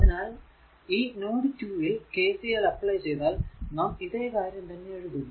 അതിനാൽ ഈ നോട് 2 ൽ KCL അപ്ലൈ ചെയ്താൽ നാം ഇതേ കാര്യം തന്നെ എഴുതുന്നു